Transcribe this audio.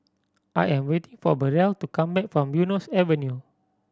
I am waiting for Burrell to come back from Eunos Avenue